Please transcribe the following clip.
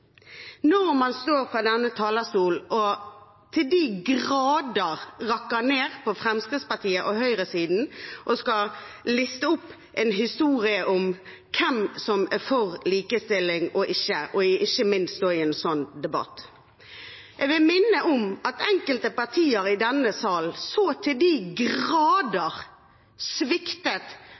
når man står på denne talerstolen og til de grader rakker ned på Fremskrittspartiet og høyresiden og skal liste opp en historie om hvem som er for likestilling og ikke, ikke minst i en slik debatt. Jeg vil minne om at enkelte partier i denne salen så til de grader sviktet